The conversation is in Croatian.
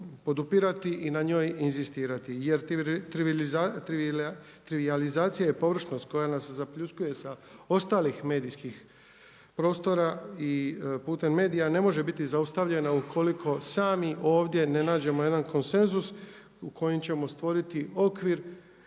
podupirati i na njoj inzistirati jer trivijalizacija je površnost koja nas zapljuskuje sa ostalih medijskih prostora i putem medija ne može biti zaustavljena ukoliko sami ovdje ne nađemo jedan konsenzus u kojem ćemo stvoriti okvir